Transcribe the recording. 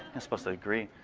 and supposed to agree.